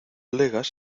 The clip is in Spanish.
legas